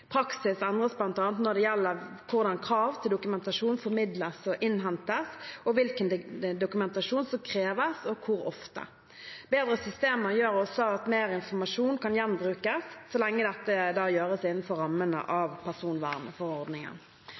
Praksis endres bl.a. når det gjelder hvordan krav til dokumentasjon formidles og innhentes, og hvilken dokumentasjon som kreves, og hvor ofte. Bedre systemer gjør også at mer informasjon kan gjenbrukes – så lenge dette kan gjøres innenfor rammene av